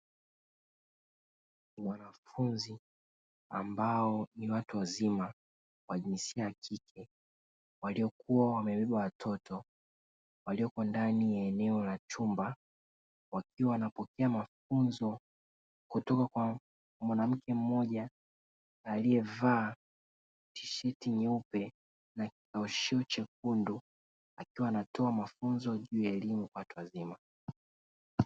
Wanafunzi ambao ni watu wazima wa jinsia ya kike waliokuwa wamebeba watoto walioko ndani ya eneo la chumba wakiwa wanapokea mafunzo kutoka kwa mwanamke mmoja, aliyevaa tisheti nyeupe na kikao sio chakula akiwa anatoa mafunzo juu ya elimu watu wazima.